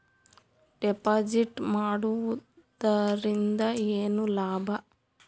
Deposit ಮಾಡುದರಿಂದ ಏನು ಲಾಭ?